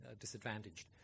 disadvantaged